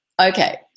okay